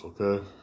okay